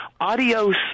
Adios